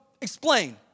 explain